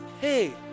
hey